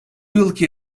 yılki